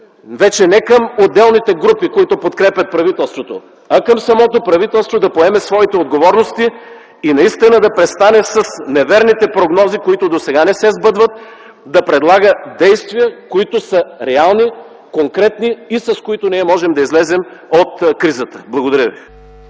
вече не към отделните групи, които подкрепят правителството, а към самото правителство да поеме своите отговорности и наистина да престане с неверните прогнози, които досега не се сбъдват, да предлага действия, които са реални, конкретни и с които ние можем да излезем от кризата. Благодаря Ви.